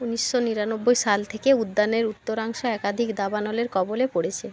উনিশশো নিরানব্বই সাল থেকে উদ্যানের উত্তরাংশ একাধিক দাবানলের কবলে পড়েছে